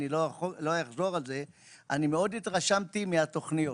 אבל אני רוצה להגיד שמאוד התרשמתי מהתוכניות.